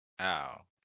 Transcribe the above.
Ow